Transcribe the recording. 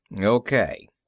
Okay